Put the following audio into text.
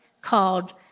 called